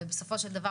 ובסופו של דבר,